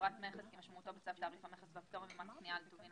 "פרט המכס" כמשמעותו בצו תעריף המכס והפטורים ומס קניה על טובין,